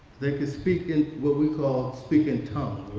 they could speak in what we call speak in tongues,